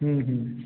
ହୁଁ ହୁଁ